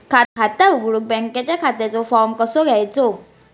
खाता उघडुक बँकेच्या खात्याचो फार्म कसो घ्यायचो?